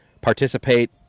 participate